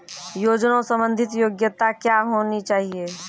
योजना संबंधित योग्यता क्या होनी चाहिए?